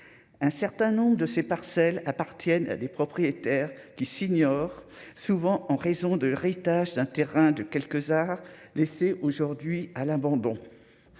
un certain nombre de ces parcelles appartiennent à des propriétaires qui s'ignorent souvent en raison de leur étage d'un terrain de quelques heures, laisser aujourd'hui à l'abandon,